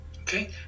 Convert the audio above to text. okay